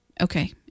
Okay